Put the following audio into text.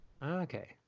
Okay